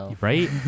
right